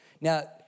Now